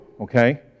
Okay